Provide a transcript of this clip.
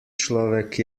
človek